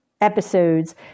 episodes